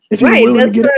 Right